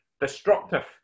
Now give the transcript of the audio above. destructive